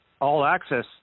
All-access